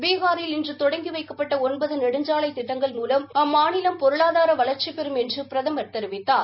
பீகாரில் இன்று தொடங்கி வைக்கப்பட்ட ஒன்பது நெடுஞ்சாலை திட்டங்கள் மூலம் அம்மாநிலம் பொருளாதார வளாச்சிபெறும் என்று பிரதமர் தெரிவித்தார்